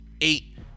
eight